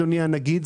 אדוני הנגיד,